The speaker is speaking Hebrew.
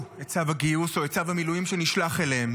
את צו הגיוס או צו המילואים שנשלח אליהם.